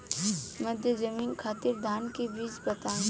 मध्य जमीन खातिर धान के बीज बताई?